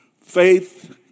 Faith